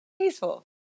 peaceful